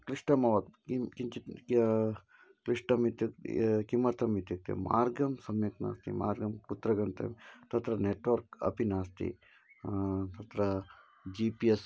क्लिष्टमभवत् किं किञ्चित् किं क्लिष्टम् इत्युक्ते किमर्थम् इत्युक्ते मार्गं सम्यक् नास्ति मार्गं कुत्र गन्तव्यं तत्र नेट्वर्क् अपि नास्ति तत्र जि पि एस्